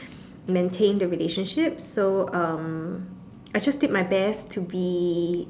maintain the relationship so um I just did my best to be